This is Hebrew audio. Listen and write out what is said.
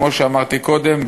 כמו שאמרתי קודם,